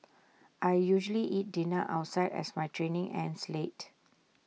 I usually eat dinner outside as my training ends late